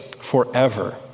forever